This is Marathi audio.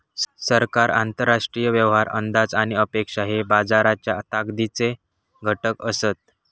सरकार, आंतरराष्ट्रीय व्यवहार, अंदाज आणि अपेक्षा हे बाजाराच्या ताकदीचे घटक असत